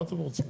מה אתם רוצים?